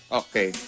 okay